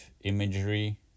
imagery